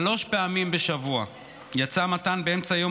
שלוש פעמים בשבוע יצא מתן באמצע יום